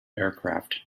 aircraft